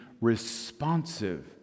responsive